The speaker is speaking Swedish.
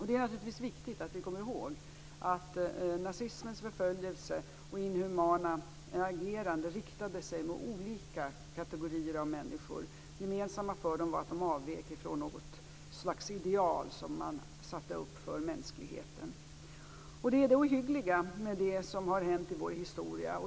Det är naturligtvis viktigt att vi kommer ihåg att nazismens förföljelse och inhumana agerande riktade sig mot olika kategorier av människor. Gemensamt för dem var att de avvek från något slags ideal som man satte upp för mänskligheten. Det är det som är det ohyggliga med det som hänt med vår historia.